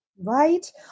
Right